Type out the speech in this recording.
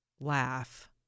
laugh